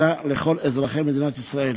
אלא לכל אזרחי מדינת ישראל.